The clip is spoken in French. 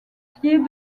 pied